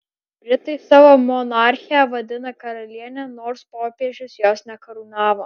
britai savo monarchę vadina karaliene nors popiežius jos nekarūnavo